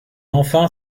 enfin